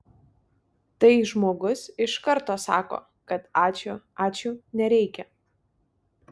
tai žmogus iš karto sako kad ačiū ačiū nereikia